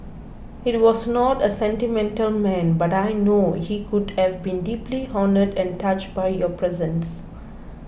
he was not a sentimental man but I know he would have been deeply honoured and touched by your presence